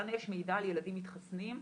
לנו יש מידע על ילדים מתחסנים,